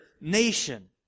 nation